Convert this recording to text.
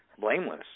blameless